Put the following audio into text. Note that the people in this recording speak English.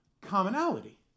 commonality